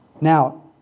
Now